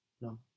No